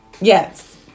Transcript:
Yes